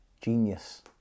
genius